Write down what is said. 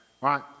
right